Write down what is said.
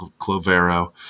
Clovero